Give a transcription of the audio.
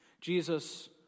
Jesus